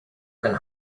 can